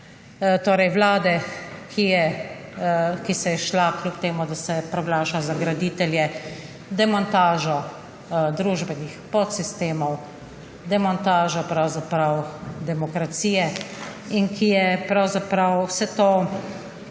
torej vlade, ki se je šla, kljub temu da se proglaša za graditelje, demontažo družbenih podsistemov, demontažo pravzaprav demokracije in ki je pravzaprav vse to počela